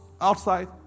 outside